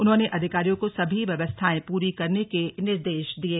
उन्होंने अधिकारियों को सभी व्यवस्थाएं पूरी करने के निर्देश दिये